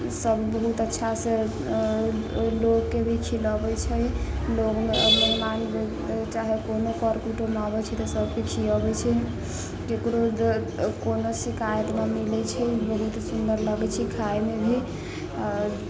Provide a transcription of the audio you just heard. सब बहुत अच्छासँ लोकके भी खिलबै छै लोक मेहमान चाहे कोनो कर कुटुम्ब आबै छै तऽ सबके खिएबै छै ककरो कोनो शिकायत नहि मिलै छै बहुत सुन्दर लगै छै खाइमे भी आओर